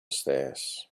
stairs